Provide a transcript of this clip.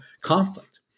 conflict